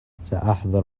سأحضر